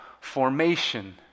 formation